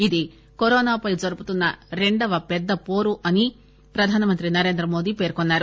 ఇది కరోనాపై జరుపుతున్న రెండో పెద్ద వోరు అని ప్రధానమంత్రి నరేంద్ర మోదీ పేర్కొన్నారు